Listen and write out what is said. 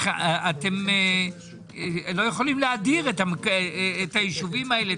אתם לא יכולים להדיר את הישובים האלה,